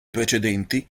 precedenti